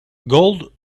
gold